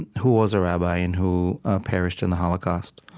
and who was a rabbi and who perished in the holocaust.